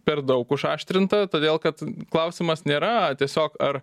per daug užaštrinta todėl kad klausimas nėra tiesiog ar